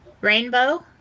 Rainbow